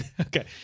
Okay